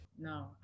no